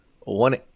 one